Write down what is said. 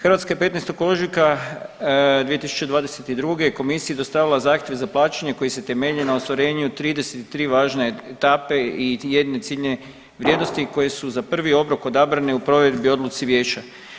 Hrvatska je 15. ožujka 2022. komisiji dostavila zahtjev za plaćanje koji se temelji na ostvarenju 33 važne etape i jednociljne vrijednosti koje su za prvi obrok odabrane u provedbi odluci vijeća.